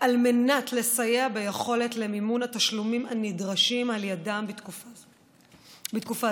על מנת לסייע ביכולת למימון התשלומים הנדרשים על ידם בתקופה זו.